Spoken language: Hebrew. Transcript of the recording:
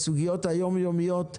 בסוגיות היום-יומיות.